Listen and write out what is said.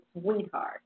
sweetheart